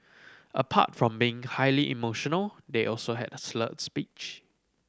apart from being highly emotional they also had slurred speech